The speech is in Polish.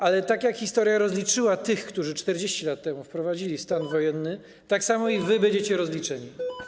Ale tak, jak historia rozliczyła tych, którzy 40 lat temu wprowadzili stan wojenny, tak samo i wy będziecie rozliczeni.